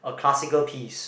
a classical piece